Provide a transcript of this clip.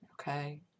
okay